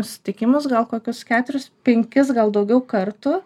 susitikimus gal kokius keturis penkis gal daugiau kartų